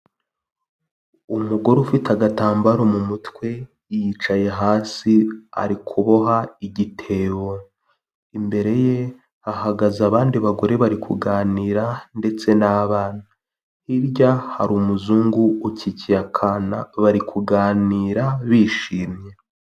Umugore ufite agatambaro mu mutwe, yicaye hasi ari kuboha igitebo, imbere ye hahagaze abandi bagore bari kuganira ndetse n'abana, hirya hari umuzungu ukikiye akana bari kuganira bishimye.